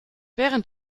während